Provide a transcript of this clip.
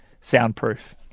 soundproof